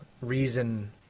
reason